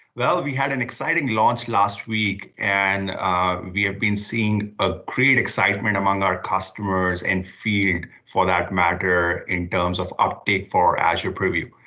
well, ah we had an exciting launch last week and we have been seeing a great excitement among our customers and field for that matter in terms of update for azure purview.